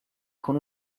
con